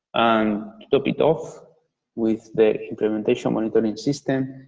um to top it off with the implementation monitoring system,